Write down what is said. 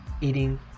eating